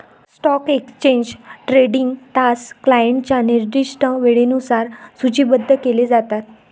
stock exchange trading तास क्लायंटच्या निर्दिष्ट वेळेनुसार सूचीबद्ध केले जातात